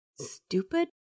stupid